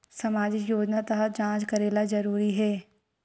सामजिक योजना तहत जांच करेला जरूरी हे